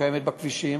קיימת בכבישים.